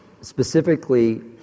specifically